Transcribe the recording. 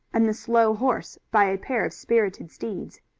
and the slow horse by a pair of spirited steeds.